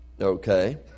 Okay